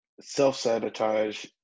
self-sabotage